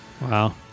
Wow